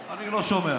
אני לא שומע